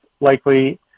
likely